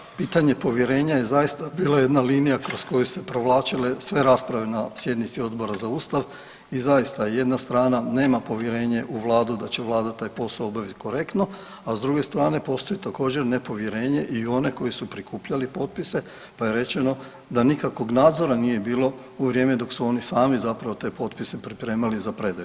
Kolega Pavić pitanje povjerenja je zaista bilo jedna linija kroz koje su se provlačile sve rasprave na sjednici Odbora za Ustav i zaista jedna strana nema povjerenje u Vladu da će Vlada taj posao obaviti korektno, a s druge strane postoji također nepovjerenje i u one koji su prikupljali potpise, pa je rečeno da nikakvog nadzora nije bilo u vrijeme dok su oni sami zapravo te potpise pripremali za predaju.